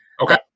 Okay